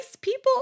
people